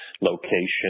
location